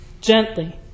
gently